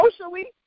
socially